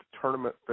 tournament